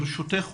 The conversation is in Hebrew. ברשותך,